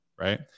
Right